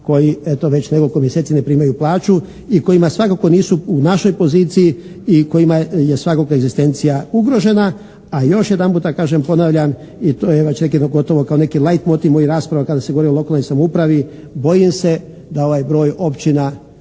koji eto već nekoliko mjeseci ne primaju plaću i kojima svakako nisu u našoj poziciji i kojima je svakako egzistencija ugrožena. A još jedanput da tako kažem ponavljam i to jedva … /Govornik se ne razumije./ … gotovo kao jedan «light» motiv mojih rasprava kada se govori o lokalnoj samoupravi, bojim se da ovaj broj općina